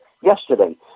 yesterday